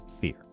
fear